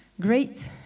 great